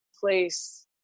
place